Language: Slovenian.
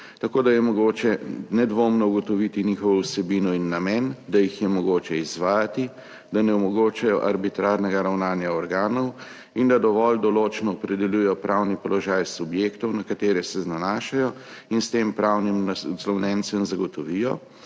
tako da je mogoče nedvoumno ugotoviti njihovo vsebino in namen, da jih je mogoče izvajati, da ne omogočajo arbitrarnega ravnanja organov in da dovolj določno opredeljujejo pravni položaj subjektov, na katere se nanašajo, in s tem pravnim naslovljencem zagotovijo,